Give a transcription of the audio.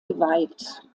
geweiht